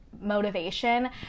motivation